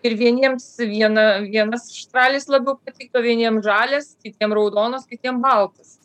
ir vieniems viena vienas štralis labiau patiko vieniem žalias kitiem raudonas kitiem baltas